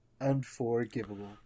Unforgivable